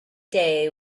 day